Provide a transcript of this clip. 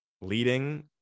leading